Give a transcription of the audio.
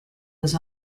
was